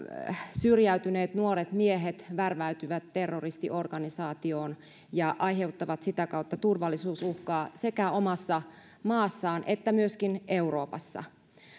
syrjäytyneet nuoret miehet värväytyvät terroristiorganisaatioon ja aiheuttavat sitä kautta turvallisuusuhkaa sekä omassa maassaan että myöskin euroopassa